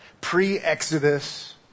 Pre-Exodus